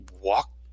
walk